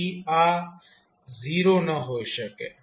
તેથી આ 0 ન હોઈ શકે